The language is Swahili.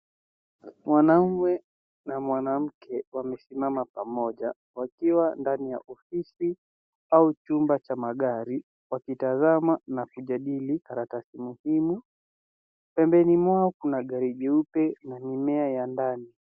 Mwanaume na mwanamke wamesimama pamoja wakiwa ndani ya ofosi au chumba cha magari wakitazama na kujadili karatasi muhimu, pembeni mwao kuna gari jeupe na mimea ya ndani.